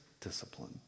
discipline